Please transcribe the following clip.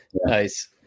Nice